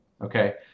Okay